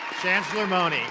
chancellor mone,